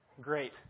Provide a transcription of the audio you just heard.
great